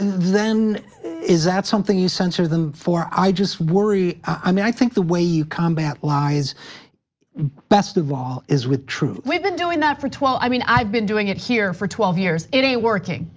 then is that something you censored them for? i just worry, i mean, i think the way you combat lies best of all is with truth. we've been doing that for, i mean i've been doing it here for twelve years, it ain't working.